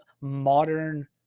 modern